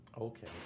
Okay